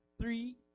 three